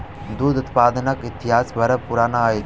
दूध उत्पादनक इतिहास बड़ पुरान अछि